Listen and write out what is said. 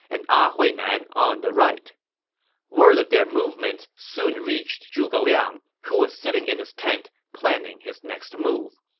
and a ah huinan on the right word of their movements soon reached zhuge liang, who was sitting in his tent planning his next move.